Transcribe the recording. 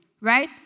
right